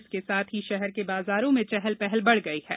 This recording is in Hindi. इसके साथ ही शहर के बाजारों में चहल पहल बढ़ गई है